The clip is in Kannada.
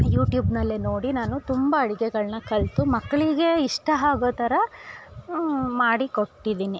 ಯೂಟ್ಯೂಬ್ನಲ್ಲೇ ನೋಡಿ ನಾನು ತುಂಬ ಅಡುಗೆಗಳ್ನ ಕಲಿತು ಮಕ್ಕಳಿಗೇ ಇಷ್ಟ ಆಗೋ ಥರ ಮಾಡಿ ಕೊಟ್ಟಿದೀನಿ